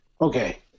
Okay